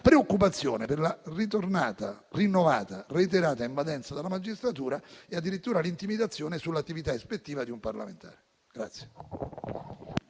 preoccupazione per la ritornata, rinnovata e reiterata invadenza della magistratura e addirittura l'intimidazione sull'attività ispettiva di un parlamentare. **Atti